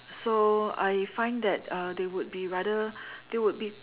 so I find that uh they would be rather they would be